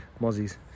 mozzies